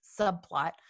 subplot